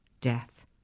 death